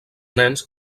nens